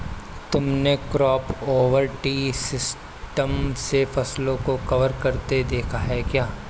तुमने crop over tree system से फसलों को कवर करते देखा है क्या?